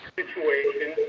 situation